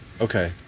Okay